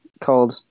called